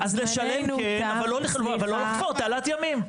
אז לשלם כן אבל לא לחפור תעלת ימים.